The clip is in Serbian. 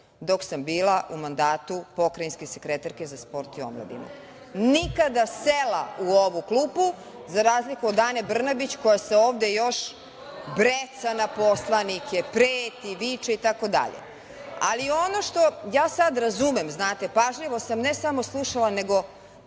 dok sam bila u mandatu pokrajinske sekretarke za sport i omladinu. Nikada sela u ovu klupu, za razliku od Ane Brnabić koja se ovde još breca na poslanike, preti, viče, itd. Ali, ono što, ja sada razumem znate, pažljivo sam ne samo slušala nego